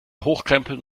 hochkrempeln